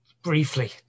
Briefly